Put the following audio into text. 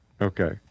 Okay